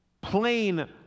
Plain